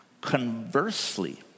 Conversely